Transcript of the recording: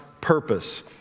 purpose